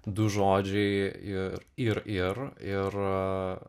du žodžiai ir ir ir ir